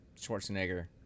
Schwarzenegger